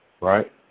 Right